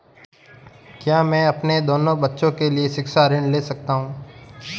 क्या मैं अपने दोनों बच्चों के लिए शिक्षा ऋण ले सकता हूँ?